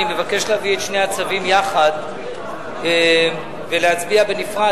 אני מבקש להביא את שני הצווים יחד ולהצביע בנפרד,